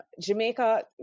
Jamaica